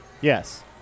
yes